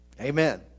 Amen